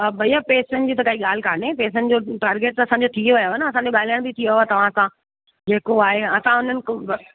हा भैया पैसनि जी त काई ॻाल्हि कोन्हे पैसनि जो टारगेट त असांजो थी वियो आहे न असांजो ॻाल्हइण बि थी वियो आहे तव्हांसां जेको आहे असां उन्हनि उ क